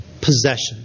possession